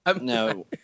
No